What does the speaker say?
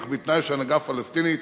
אך בתנאי שההנהגה הפלסטינית